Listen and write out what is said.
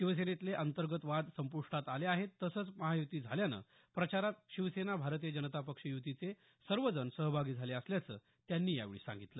शिवसेनेतले अंतर्गत वाद संपृष्टात आले आहेत तसंच महायुती झाल्यानं प्रचारात शिवसेना भारतीय जनता पक्ष युतीचे सर्वजण सहभागी झाले असल्याचं त्यांनी यावेळी सांगितलं